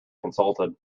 consulted